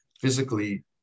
physically